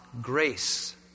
grace